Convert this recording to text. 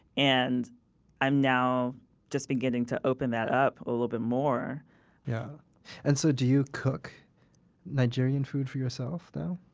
and i'm now just beginning to open that up a little bit more yeah and so do you cook nigerian food for yourself now?